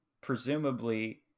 presumably